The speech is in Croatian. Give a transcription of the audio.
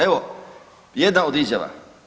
Evo, jedna od izjava.